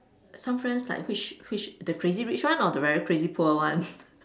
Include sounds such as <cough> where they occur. some friends like which which the crazy rich ones or the very crazy poor ones <laughs>